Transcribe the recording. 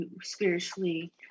spiritually